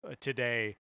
today